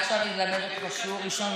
אני עכשיו אני אלמד אותך שיעור ראשון